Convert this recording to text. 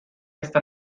hasta